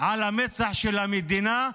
על המצח של המדינה.